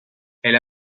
elle